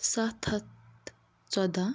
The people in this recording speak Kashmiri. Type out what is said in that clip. سَتھ ہَتھ ژۄداہ